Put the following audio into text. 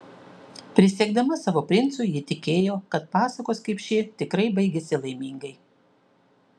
prisiekdama savo princui ji tikėjo kad pasakos kaip ši tikrai baigiasi laimingai